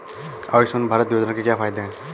आयुष्मान भारत योजना के क्या फायदे हैं?